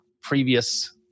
previous